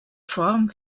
form